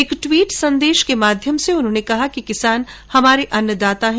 एक ट्वीट संदेश के माध्यम से उन्होंने कहा कि किसान हमारे अन्नदाता हैं